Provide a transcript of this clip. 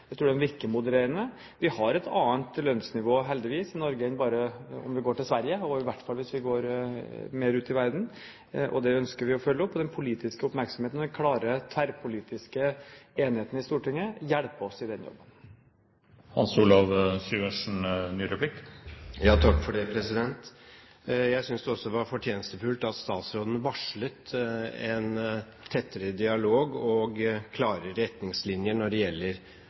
Jeg tror de virker modererende. Vi har et annet lønnsnivå, heldigvis, i Norge enn bare om vi ser til Sverige, og i hvert fall hvis vi ser mer ut i verden, og det ønsker vi å følge opp. Den politiske oppmerksomheten og den klare tverrpolitiske enigheten i Stortinget hjelper oss i denne jobben. Jeg synes det også var fortjenstfullt at statsråden varslet en tettere dialog og klarere retningslinjer når det gjelder